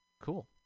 Cool